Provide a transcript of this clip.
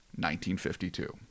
1952